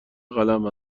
قلم